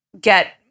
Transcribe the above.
get